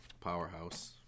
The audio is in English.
powerhouse